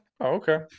okay